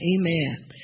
Amen